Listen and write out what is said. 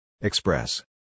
Express